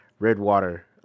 Redwater